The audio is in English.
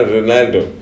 Ronaldo